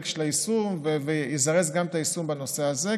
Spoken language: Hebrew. של היישום ויזרז גם את היישום בנושא הזה,